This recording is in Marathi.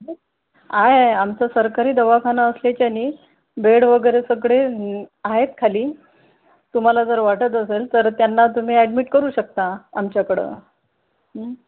आहे आहे आमचा सरकारी दवाखाना असल्याने बेड वगैरे सगळे आहेत खाली तुम्हाला जर वाटत असेल तर त्यांना तुम्ही ॲडमिट करू शकता आमच्याकडं